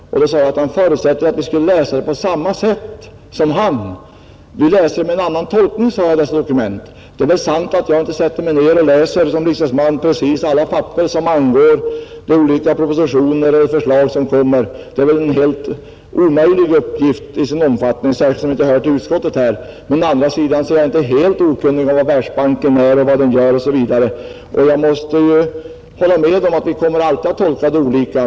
Då sade jag att han förutsätter att vi skulle läsa på samma sätt som han. Vi läser dessa dokument med en annan tolkning, sade jag. Det är väl sant att jag som riksdagsman inte sätter mig ned och läser precis alla papper som angår de olika propositioner eller förslag som kommer; det är väl en helt omöjlig uppgift i sin omfattning, särskilt som jag inte hör till detta utskott. Men å andra sidan är jag inte helt okunnig om vad Världsbanken är och vad den gör osv. Jag måste framhålla att vi alltid kommer att tolka dem olika.